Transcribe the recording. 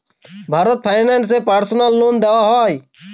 Bharat finance এ personal loan দেওয়া হয়?